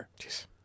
Jeez